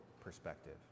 perspective